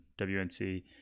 WNC